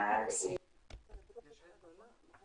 לינא חזרה, אחר כך אני אתן לכן, עאידה ואימאן.